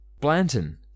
Blanton